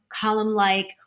column-like